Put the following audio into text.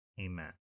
Amen